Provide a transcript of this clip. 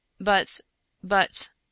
But—but—